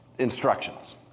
instructions